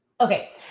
Okay